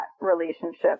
relationship